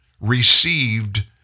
received